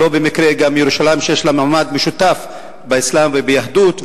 ולא במקרה ירושלים יש לה מעמד משותף באסלאם וביהדות,